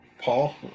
Paul